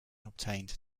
obtained